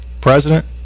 president